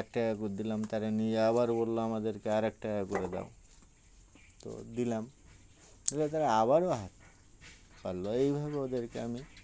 এক টাকা করে দিলাম তারা নিয়েজ আবার বললো আমাদেরকে আর এক টাকা করে দাও তো দিলাম তালে তারা আবারও হাত পারলো এইভাবে ওদেরকে আমি